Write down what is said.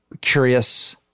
curious